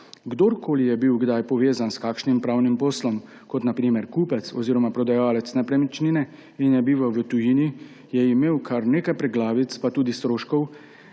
Kdorkoli je bil kdaj povezan s kakšnim pravnim poslom kot na primer kupec oziroma prodajalec nepremičnine in je bival v tujini, je imel kar nekaj preglavic in tudi stroškov,